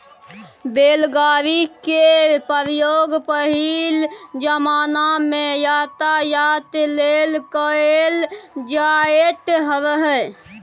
बैलगाड़ी केर प्रयोग पहिल जमाना मे यातायात लेल कएल जाएत रहय